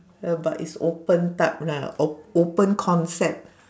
ya but it's open type lah op~ open concept